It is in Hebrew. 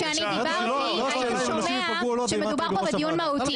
אם היית פה כשאני דיברתי היית שומע שמדובר פה בדיון מהותי.